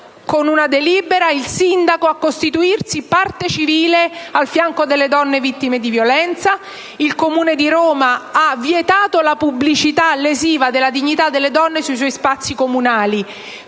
a una delibera, obbliga il sindaco a costituirsi parte civile al fianco delle donne vittime di violenza. Il Comune di Roma, inoltre, ha vietato la pubblicità lesiva della dignità della donna nei suoi spazi comunali.